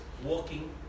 walking